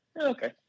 okay